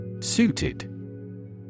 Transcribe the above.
Suited